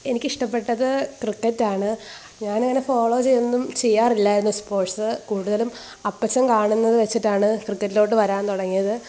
എനിക്കിഷ്ടപ്പെട്ടത് ക്രിക്കറ്റാണ് ഞാൻ അങ്ങനെ ഫോളോ ഒന്നും ചെയ്യാറില്ലായിരുന്നു സ്പോർട്സ് കൂടുതലും അപ്പച്ചൻ കാണുന്നത് വച്ചിട്ടാണ് ക്രിക്കറ്റിലോട്ട് വരാൻ തുടങ്ങിയത്